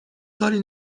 کاری